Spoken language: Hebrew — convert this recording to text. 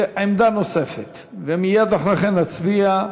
עמדה נוספת, ומייד אחרי כן נצביע.